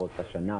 לפחות השנה,